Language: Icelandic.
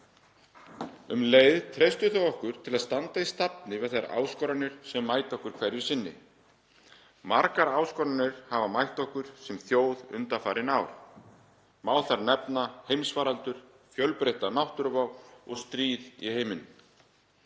Um leið treysta þau okkur til að standa í stafni við þær áskoranir sem mæta okkur hverju sinni. Margar áskoranir hafa mætt okkur sem þjóð undanfarin ár. Má þar nefna heimsfaraldur, fjölbreytta náttúruvá og stríð í heiminum.